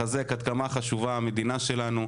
זה מחזק עד כמה חשובה המדינה שלנו,